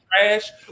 trash